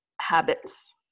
habits